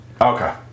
Okay